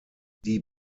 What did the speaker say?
die